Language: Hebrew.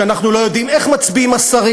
שאנחנו לא יודעים איך השרים מצביעים,